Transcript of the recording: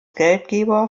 geldgeber